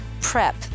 PREP